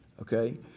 okay